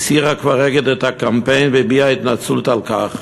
הסירה כבר "אגד" את הקמפיין והביעה התנצלות על כך.